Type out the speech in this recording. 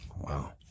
Wow